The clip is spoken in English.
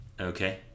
Okay